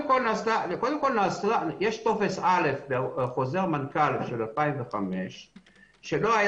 יש טופס א' בחוזר מנכ"ל של 2005 שלא היה